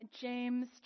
James